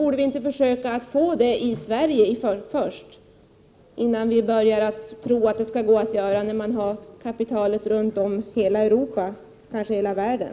Borde vi inte försöka åstadkomma en sådan här i Sverige innan kapitalet är spritt över hela Europa, ja, kanske över hela världen?